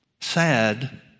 sad